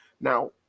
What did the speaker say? Now